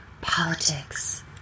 politics